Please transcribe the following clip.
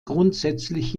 grundsätzlich